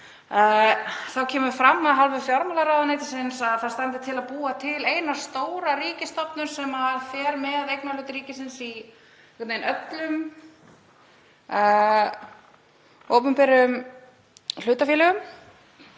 það kemur fram af hálfu fjármálaráðuneytisins að til standi að búa til eina stóra ríkisstofnun sem fari með eignarhlut ríkisins í öllum opinberum hlutafélögum.